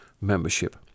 membership